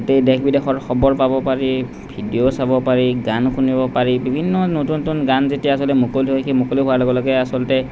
গোটেই দেশ বিদেশৰ খবৰ পাব পাৰি ভিডিঅ' চাব পাৰি গান শুনিব পাৰি বিভিন্ন নতুন নতুন গান যেতিয়া আচলতে যেতিয়া মুকলি হয় সেই মুকলি হোৱাৰ লগে লগে আচলতে